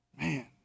Man